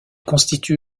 constitue